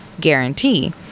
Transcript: guarantee